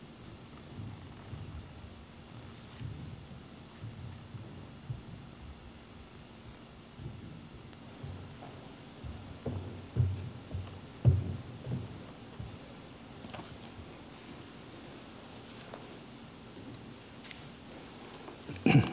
arvoisa puhemies